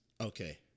Okay